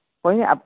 કોઈ આપ